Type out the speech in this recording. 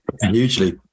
hugely